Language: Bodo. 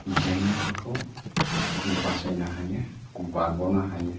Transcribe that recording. जेंनाफोरखौ बासायनो हायो बारग'नो हायो